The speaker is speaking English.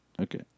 Okay